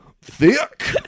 Thick